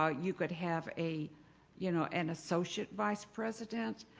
ah you could have a you know, an associate vice president,